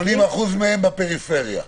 80% מהם בפריפריה.